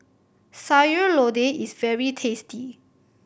Sayur Lodeh is very tasty